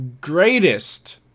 greatest